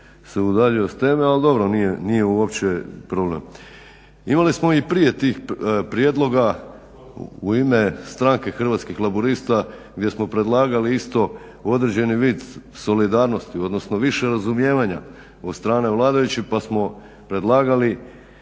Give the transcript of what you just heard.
se udaljio od teme ali dobro nije uopće problem. Imali smo i prije tih prijedloga u ime stranke Hrvatskih laburista gdje smo predlagali isto određeni vid solidarnosti odnosno više razumijevanja od strane vladajućih pa smo predlagali